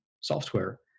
software